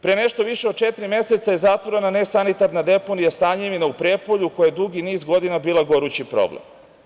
Pre nešto više od četiri meseca je zatvorena nesanitarna deponija „Stanjevina“ u Prijepolju, koja je dugi niz godina bila gorući problem.